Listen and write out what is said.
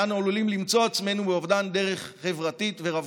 ואנו עלולים למצוא עצמנו באובדן דרך חברתית ורווחתית.